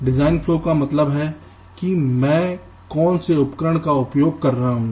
design flow का मतलब है कि मैं कौन से उपकरण का उपयोग कर रहा हूं